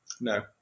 No